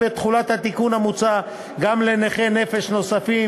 את תחולת התיקון המוצע גם לנכי נפש נוספים,